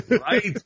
Right